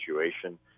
situation